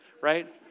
right